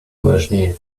важнее